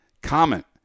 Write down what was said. Comment